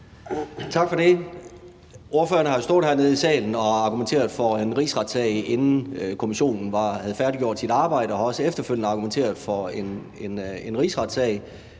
Tak for det. Ordføreren har jo stået hernede i salen og argumenteret for en rigsretssag, inden kommissionen havde færdiggjort sit arbejde, og har også efterfølgende argumenteret for en rigsretssag